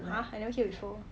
!huh! I never hear before